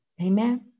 Amen